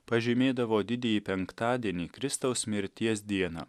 pažymėdavo didįjį penktadienį kristaus mirties dieną